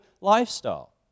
lifestyle